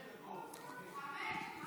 חמש.